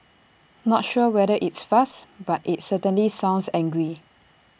not sure whether it's fast but IT certainly sounds angry